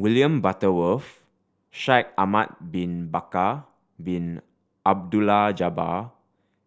William Butterworth Shaikh Ahmad Bin Bakar Bin Abdullah Jabbar